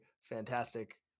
fantastic